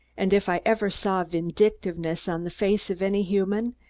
and if i ever saw vindictiveness on the face of any human,